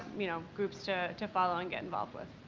you know, groups to to follow and get involved with.